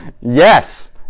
Yes